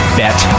bet